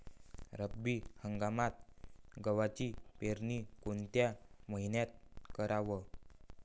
रब्बी हंगामात गव्हाची पेरनी कोनत्या मईन्यात कराव?